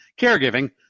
Caregiving